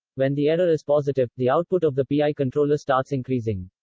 when the error is positive, the output of the pi controller starts increasing.